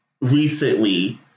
recently